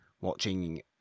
watching